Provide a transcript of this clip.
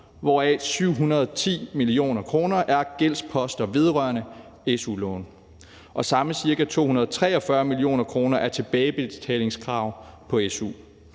hvoraf 710 mio. kr. er gældsposter vedrørende su-lån, og samlet set er ca. 243 mio. kr. tilbagebetalingskrav på su.